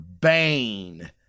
Bane